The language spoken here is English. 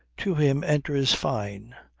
to him enters fyne,